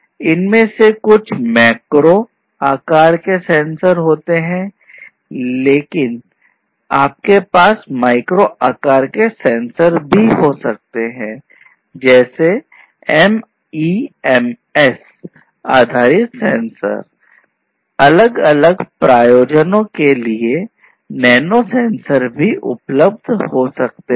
तो यहाँ कुछ सेंसर सेंसर भी उपलब्ध हो सकते हैं